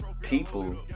people